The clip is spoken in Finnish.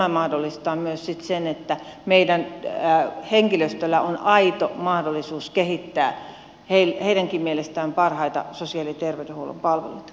tämä mahdollistaa myös sitten sen että meidän henkilöstöllä on aito mahdollisuus kehittää heidänkin mielestään parhaita sosiaali ja terveydenhuollon palveluita